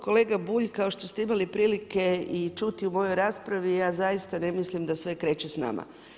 Kolega Bulj, kao što ste imali prilike čuti u mojoj raspravi ja zaista ne mislim da sve kreće s nama.